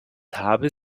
habe